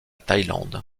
thaïlande